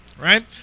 right